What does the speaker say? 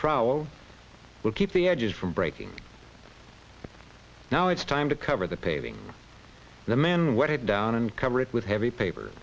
trowel will keep the edges from breaking now it's time to cover the paving the man what it down and cover it with heavy paper